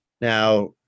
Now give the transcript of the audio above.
Now